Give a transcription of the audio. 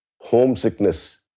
homesickness